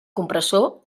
compressor